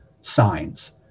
signs